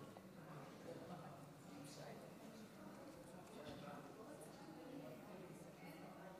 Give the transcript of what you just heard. שלוש דקות לרשותך, גברתי, בבקשה.